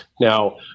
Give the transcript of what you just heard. Now